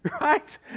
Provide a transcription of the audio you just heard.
Right